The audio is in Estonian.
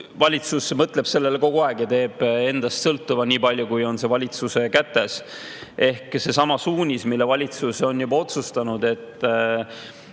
valitsus mõtleb sellele kogu aeg ja teeb endast sõltuva, nii palju, kui on valitsuse kätes. Seesama suunis, mille valitsus on juba otsustanud, et